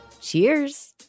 Cheers